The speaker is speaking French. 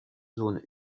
zones